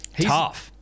Tough